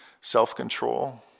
self-control